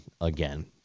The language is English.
again